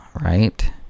right